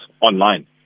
online